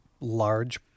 large